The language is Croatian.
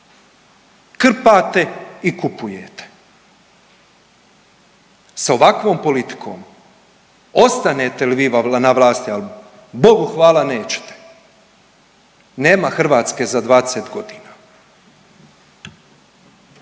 krpate i kupujete sa ovakvom politikom ostanete li vi na vlasti, ali Bogu hvala nećete nema Hrvatske za 20 godina.